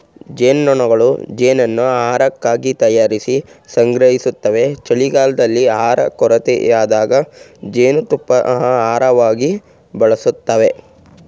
ಜೇನ್ನೊಣಗಳು ಜೇನನ್ನು ಆಹಾರಕ್ಕಾಗಿ ತಯಾರಿಸಿ ಸಂಗ್ರಹಿಸ್ತವೆ ಚಳಿಗಾಲದಲ್ಲಿ ಆಹಾರ ಕೊರತೆಯಾದಾಗ ಜೇನುತುಪ್ಪನ ಆಹಾರವಾಗಿ ಬಳಸ್ತವೆ